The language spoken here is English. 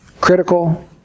Critical